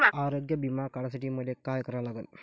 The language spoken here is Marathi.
आरोग्य बिमा काढासाठी मले काय करा लागन?